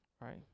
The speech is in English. right